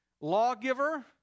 lawgiver